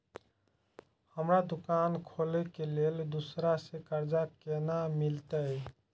हमरा दुकान खोले के लेल दूसरा से कर्जा केना मिलते?